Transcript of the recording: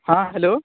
हाँ हेलो